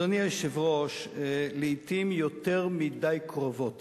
אדוני היושב-ראש, לעתים יותר מדי קרובות